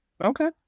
Okay